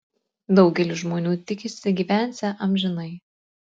daugelis žmonių tikisi gyvensią amžinai